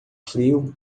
frio